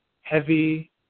heavy